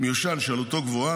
מיושן שעלותו גבוהה,